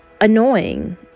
annoying